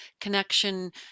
connection